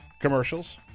commercials